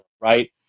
right